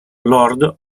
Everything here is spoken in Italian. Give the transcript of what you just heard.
lord